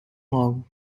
logo